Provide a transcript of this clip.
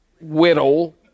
whittle